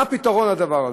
מה הפתרון לדבר הזה?